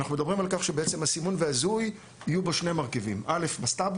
אנחנו מדברים על כך שבעצם בסימון והזיהוי יהיו שני מרכיבים: א' - מסט"ב,